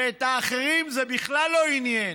ואת האחרים זה בכלל לא עניין.